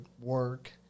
work